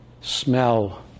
smell